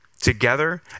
together